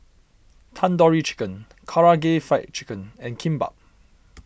Tandoori Chicken Karaage Fried Chicken and Kimbap